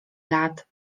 lat